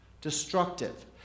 destructive